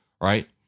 right